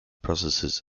processes